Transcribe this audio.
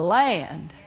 land